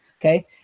Okay